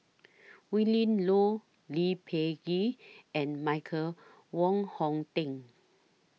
Willin Low Lee Peh Gee and Michael Wong Hong Teng